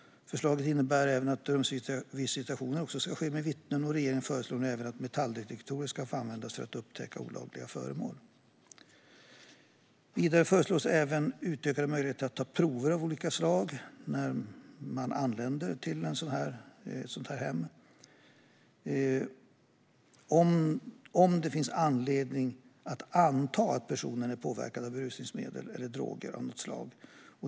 Förslaget innebär att även rumsvisitationer ska ske med vittne. Regeringen föreslår nu även att metalldetektorer ska få användas för att upptäcka olagliga föremål. Vidare föreslås utökade möjligheter att ta prover av olika slag när en person anländer till ett sådant här hem, om det finns anledning att anta att personen är påverkad av berusningsmedel eller droger av något slag.